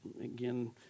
Again